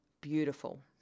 beautiful